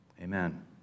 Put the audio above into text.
Amen